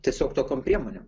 tiesiog tokiom priemonėm